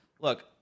Look